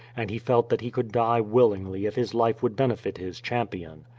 and he felt that he could die willingly if his life would benefit his champion.